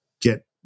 get